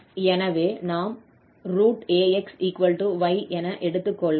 எனவே நாம் axy என எடுத்துக்கொள்வோம்